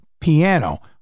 piano